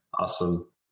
Awesome